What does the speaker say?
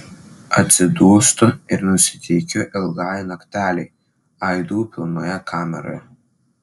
atsidūstu ir nusiteikiu ilgai naktelei aidų pilnoje kameroje